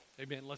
Amen